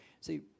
See